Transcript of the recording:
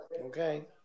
Okay